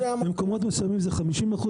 במקומות מסוימים זה 50%,